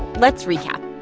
let's recap.